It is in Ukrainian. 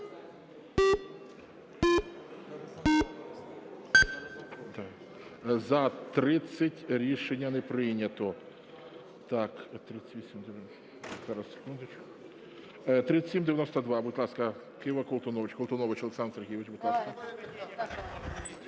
За-38 Рішення не прийнято.